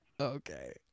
Okay